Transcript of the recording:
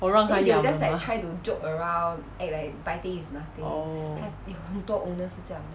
我让它咬的 mah oh